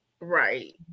Right